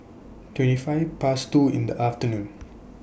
twenty five Past two in The afternoon